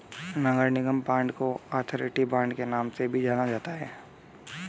नगर निगम बांड को authority bond के नाम से भी जाना जाता है